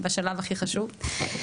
בשלב הכי חשוב,